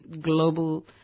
global